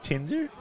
Tinder